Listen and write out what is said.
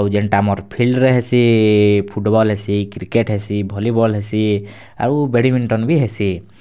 ଆଉ ଯେନ୍ତା ଆମର୍ ଫିଲ୍ଡ଼ ରେ ହେସି ଫୁଟବଲ୍ ହେସି କ୍ରିକେଟ୍ ହେସି ଭଲିବଲ୍ ହେସି ଆଉ ବେଡ଼୍ମିନ୍ଟନ୍ ବି ହେସି